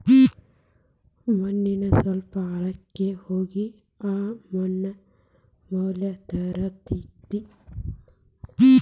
ಮಣ್ಣಿನ ಸ್ವಲ್ಪ ಆಳಕ್ಕ ಹೋಗಿ ಆ ಮಣ್ಣ ಮ್ಯಾಲ ತರತತಿ